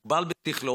מוגבל בשכלו